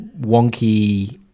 wonky